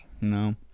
No